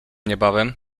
niebawem